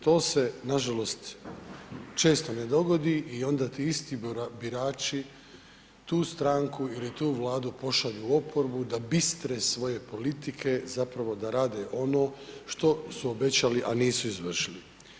To se nažalost često ne dogodi i onda ti isti birači tu stranku ili tu Vladu pošalju u oporbu da bistre svoje politike, zapravo da rade ono što su obećali, a nisu izvršili.